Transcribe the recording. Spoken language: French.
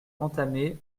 entamées